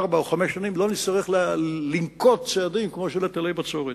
ארבע או חמש שנים לא נצטרך לנקוט צעדים כמו היטלי בצורת.